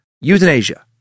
Euthanasia